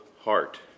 heart